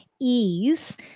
ease